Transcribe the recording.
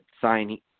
sign